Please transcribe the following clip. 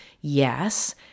Yes